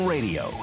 Radio